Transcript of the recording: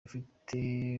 ufite